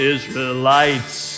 Israelites